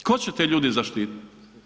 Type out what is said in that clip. Tko će te ljude zaštititi?